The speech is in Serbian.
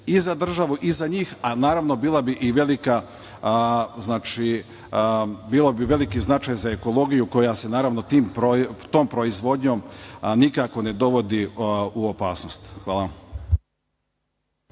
i za državu i za njih, a bio bi veliki značaj i za ekologiju koja se, naravno, tom proizvodnjom nikako ne dovodi u opasnost. Hvala.